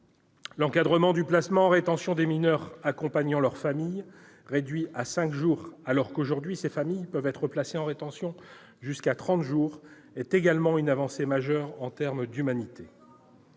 L'encadrement du placement en rétention des mineurs accompagnant leurs familles, réduit à cinq jours alors que, aujourd'hui, ces familles peuvent être placées en rétention jusqu'à trente jours, est également une avancée majeure en termes d'humanité.